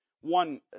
one